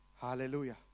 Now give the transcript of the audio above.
hallelujah